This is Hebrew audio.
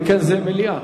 אם כן, זה מליאה.